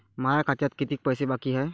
माया खात्यात कितीक पैसे बाकी हाय?